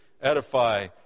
edify